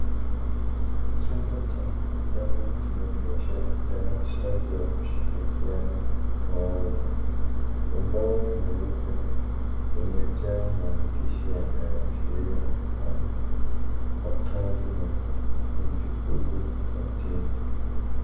Chumba cha mkutano kinaonyesha utayarishaji wa kushirikiana mawazo. Ubao mweupe umejaa maandshi yanayoashiria mpango wa kazi na mjuhudu wa timu.